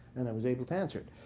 and i was able to answer it,